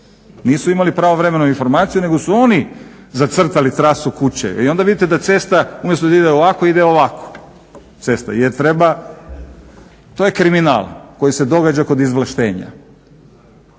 Nisu imali pravovremenu informaciju nego su oni zacrtali trasu kuće i onda vidite da cesta umjesto da ide ovako, ide ovako cesta jer treba, to je kriminal koji se događa kod izvlaštenja.